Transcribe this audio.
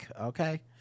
okay